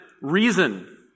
reason